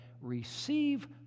Receive